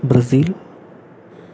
Brazil